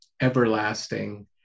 everlasting